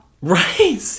Right